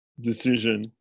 decision